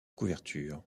couverture